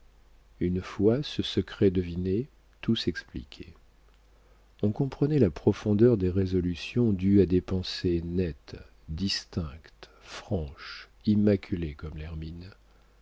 une fois ce secret deviné tout s'expliquait on comprenait la profondeur des résolutions dues à des pensées nettes distinctes franches immaculées comme l'hermine